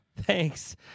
Thanks